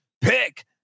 Pick